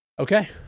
Okay